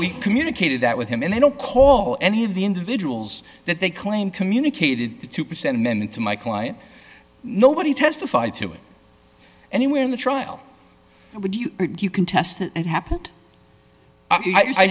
we communicated that with him and they don't call any of the individuals that they claim communicated the two percent men into my client nobody testified to it anywhere in the trial would you you can test it happened i